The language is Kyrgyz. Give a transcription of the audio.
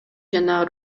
жана